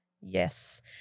Yes